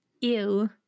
ew